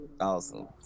awesome